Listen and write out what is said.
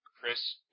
Chris